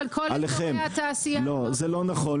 אבל כל אזורי התעשייה --- לא נכון,